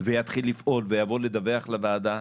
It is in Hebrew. ויתחיל לפעול ויעבור לדווח לוועדה,